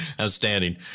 Outstanding